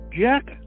Jack